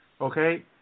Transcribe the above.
okay